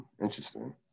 interesting